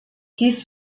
dies